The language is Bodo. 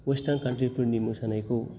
वेस्तार्न काउनत्रि फोरनि मोसानायखौ